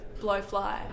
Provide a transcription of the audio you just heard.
blowfly